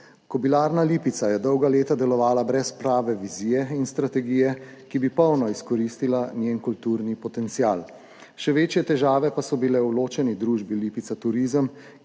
Kobilarna Lipica je dolga leta delovala brez prave vizije in strategije, ki bi polno izkoristila njen kulturni potencial. Še večje težave pa so bile v ločeni družbi Lipica Turizem,